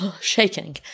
shaking